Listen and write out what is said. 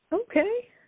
Okay